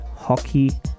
Hockey